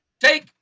Take